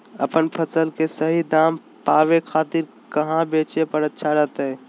अपन फसल के सही दाम पावे खातिर कहां बेचे पर अच्छा रहतय?